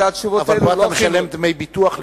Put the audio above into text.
התשובות האלה הן לא כי אתה משלם דמי ביטוח,